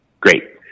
great